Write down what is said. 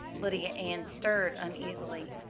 lydia ann stirred uneasily.